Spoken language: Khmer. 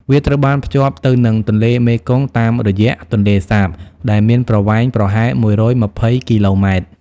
វាត្រូវបានភ្ជាប់ទៅនឹងទន្លេមេគង្គតាមរយ ទន្លេសាបដែលមានប្រវែងប្រហែល ១២០ គីឡូម៉ែត្រ។